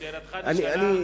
שאלתך נשאלה.